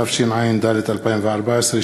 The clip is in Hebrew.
התשע"ד 2014,